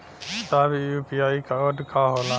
साहब इ UPI code का होला?